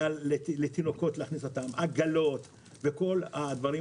להכניס תינוקות ועגלות כל הדברים